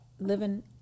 living